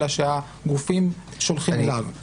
אלא שהגופים שולחים אליו.